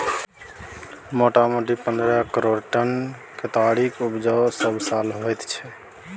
मोटामोटी पन्द्रह करोड़ टन केतारीक उपजा सबसाल होइत छै